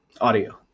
audio